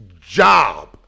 job